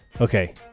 Okay